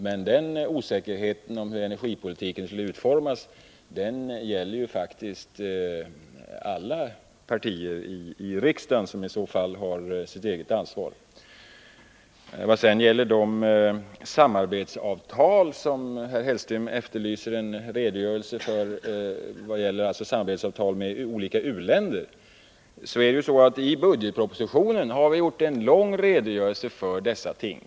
Men osäkerheten om hur energipolitiken skall utformas gäller ju faktiskt alla partier i riksdagen som i så fall har sitt eget ansvar. Vad sedan gäller de samarbetsavtal med olika u-länder som herr Hellström efterlyser en redogörelse för, vill jag påpeka att vi i budgetpropositionen har lämnat en lång sådan redogörelse.